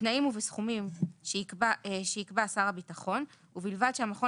בתנאים ובסכומים שיקבע שר הביטחון ובלבד שהמכון